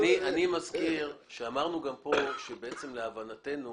אני מזכיר שאמרנו גם פה שלהבנתנו